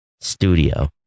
studio